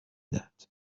دهد